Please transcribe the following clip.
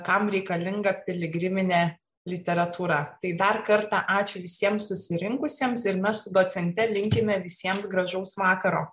kam reikalinga piligriminė literatūra tai dar kartą ačiū visiems susirinkusiems ir mes su docente linkime visiems gražaus vakaro